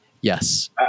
yes